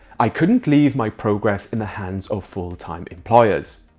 i couldn't leave my progress in the hands of full time employers.